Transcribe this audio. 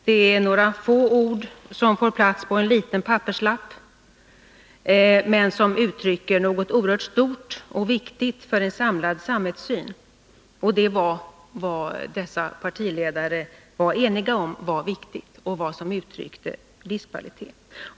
Det är några få ord som får plats på en liten papperslapp, men de uttrycker något oerhört stort och viktigt för en samlad samhällssyn. Dessa partiledare var också eniga om att de orden uttryckte livskvalitet.